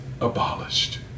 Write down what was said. abolished